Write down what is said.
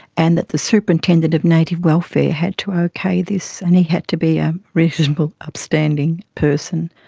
and that the superintendent of native welfare had to okay this, and he had to be a reasonable upstanding person.